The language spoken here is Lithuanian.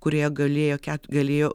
kurioje gulėjo ket galėjo